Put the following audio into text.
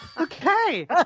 Okay